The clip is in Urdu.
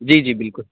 جی جی بالکل